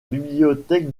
bibliothèque